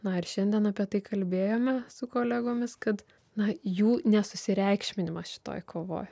na ir šiandien apie tai kalbėjome su kolegomis kad na jų nesusireikšminimas šitoj kovoj